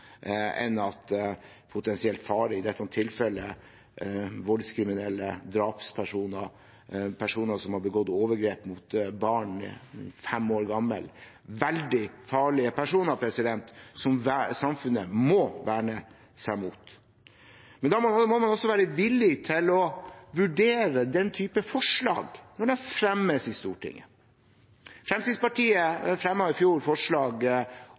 potensielt farlige personer, i dette tilfellet voldskriminelle og drapspersoner, bl.a. en person som har begått overgrep mot et fem år gammelt barn – veldig farlige personer – som samfunnet må verne seg mot. Da må man også være villig til å vurdere den type forslag når det fremmes i Stortinget. Fremskrittspartiet fremmet i fjor forslag